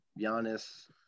Giannis